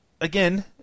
again